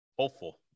hopeful